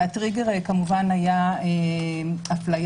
הטריגר כמובן היה הפליה,